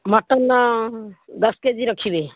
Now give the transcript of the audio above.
mutton ଦଶ K G ରଖିବେ